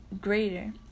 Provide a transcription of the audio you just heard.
greater